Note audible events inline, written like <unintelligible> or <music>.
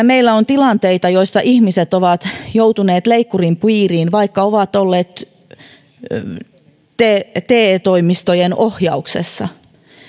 <unintelligible> meillä on tilanteita joissa ihmiset ovat joutuneet leikkurin piiriin vaikka ovat olleet te toimistojen ohjauksessa